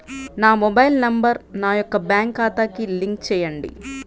నా mobile number నా యొక్క బ్యాంక్ ఖాతాకి లింక్ చేయండీ?